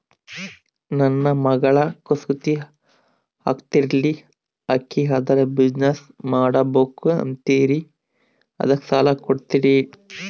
ನನ್ನ ಮಗಳು ಕಸೂತಿ ಹಾಕ್ತಾಲ್ರಿ, ಅಕಿ ಅದರ ಬಿಸಿನೆಸ್ ಮಾಡಬಕು ಅಂತರಿ ಅದಕ್ಕ ಸಾಲ ಕೊಡ್ತೀರ್ರಿ?